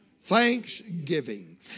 thanksgiving